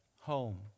home